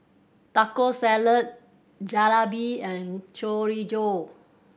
Taco Salad Jalebi and Chorizo